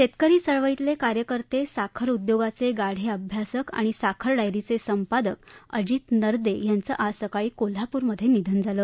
शेतकरी चळवळीतले कार्यकर्ते साखर उद्योगाचे गाढे अभ्यासक आणि साखर डायरीचे संपादक अजित नरदे यांचं आज सकाळी कोल्हापूरमधे निधन झालं